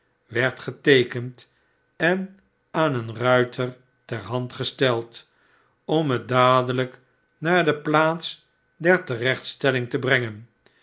werd geteekend en aan een ruiter ter hand gesteld om het dadelijk naar de plaats ter terechtstelling te brengen